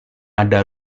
ada